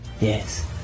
Yes